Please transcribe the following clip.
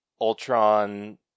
Ultron